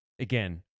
Again